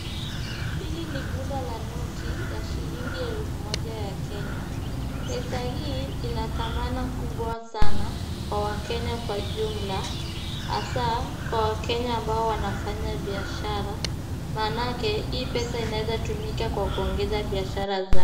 Hili ni bunda la noti ya shilingi elfu moja ya kenya. Pesa hii ina thamana kubwa sana kwa wakenya kwa jumla hasa kwa wakenya ambao wanafanya biashara maanake hii pesa inaeza kutumika kwa kuongeza biashara zao.